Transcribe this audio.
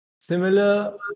similar